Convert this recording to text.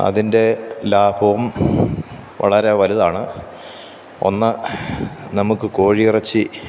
അതിന്റെ ലാഭവും വളരെ വലുതാണ് ഒന്ന് നമുക്ക് കോഴി ഇറച്ചി